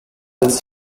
its